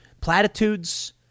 Platitudes